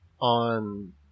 on